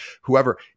whoever